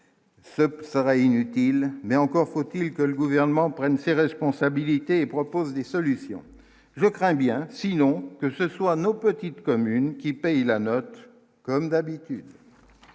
ce sera inutile, mais encore faut-il que le gouvernement prenne ses responsabilités et propose des solutions, je crains bien sinon que ce soit nos petites communes qui paye la note comme d'habitude.